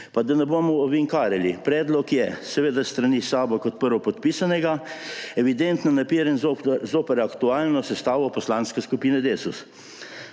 Pa da ne bomo ovinkarili, predlog je seveda s strani SAB-a kot prvopodpisanega evidentno naperjen zoper aktualno sestavo Poslanske skupine Desus.